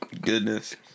Goodness